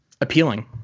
appealing